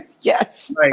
Yes